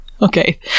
Okay